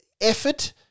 effort